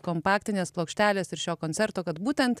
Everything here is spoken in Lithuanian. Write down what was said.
kompaktinės plokštelės ir šio koncerto kad būtent